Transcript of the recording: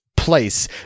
place